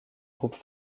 groupes